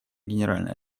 генеральной